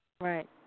Right